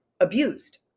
abused